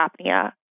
apnea